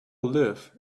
live